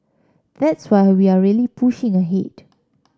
that's why we are really pushing ahead